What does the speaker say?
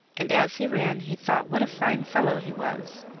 and as he ran he thought what a fine fellow he was,